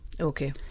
Okay